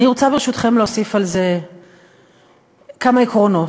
אני רוצה, ברשותכם, להוסיף על זה כמה עקרונות.